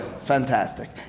Fantastic